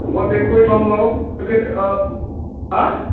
মই পেক কৰি থ'ম বাও হা